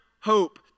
hope